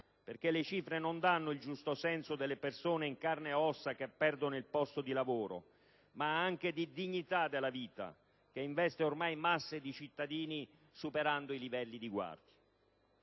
perché le cifre non danno il giusto senso delle persone in carne e ossa che perdono il posto di lavoro, ma anche di dignità della vita, che investe ormai masse di cittadini, superando i livelli di guardia.